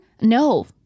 No